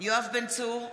יואב בן צור,